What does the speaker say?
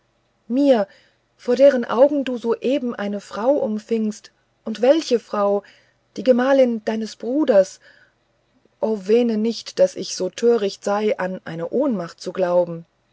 mir vor deren augen du hier soeben eine frau umfingst und welche frau die gemahlin deines bruders o wähne nicht daß ich so töricht sei an ihre ohnmacht zu glauben